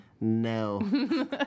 No